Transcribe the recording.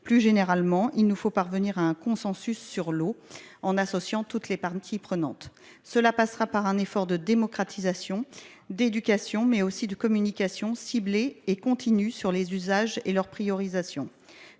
Plus généralement, il nous faut parvenir à un consensus sur l'eau en associant toutes les parties prenantes. Cela passera par un effort de démocratisation, d'éducation, mais aussi de communication ciblée et continue sur les usages et leur priorisation.